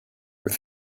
with